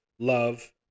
Love